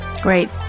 Great